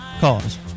cause